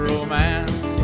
Romance